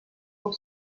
pour